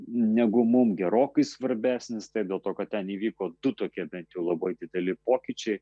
negu mum gerokai svarbesnis taip dėl to kad ten įvyko du tokie bet labai dideli pokyčiai